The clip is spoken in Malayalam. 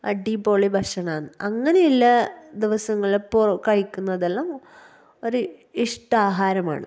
അടിപൊളി ഭക്ഷണമാണ് അങ്ങനെയുള്ള ദിവസങ്ങൾ ഇപ്പോൾ കഴിക്കുന്നാതെല്ലാം ഒര് ഇഷ്ടാഹാരമാണ്